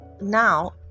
now